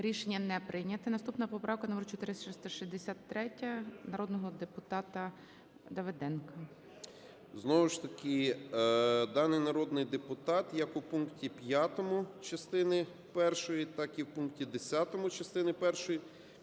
Рішення не прийнято. Наступна поправка - номер 4063, народного депутата Давиденка. 16:31:14 СИДОРОВИЧ Р.М. Знову ж таки, даний народний депутат, як у пункті 5 частини першої, так і в пункті 10 частини першої,